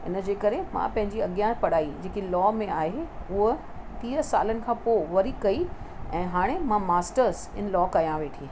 हिनजे करे मां पंहिंजी अॻियां पढ़ाई जेकी लॉ में आहे हूअ टीह सालनि खां पोइ वरी कई ऐं हाणे मां मास्टर्स इन लॉ कयां वेठी